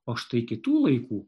o štai kitų laikų